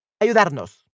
Ayudarnos